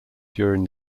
during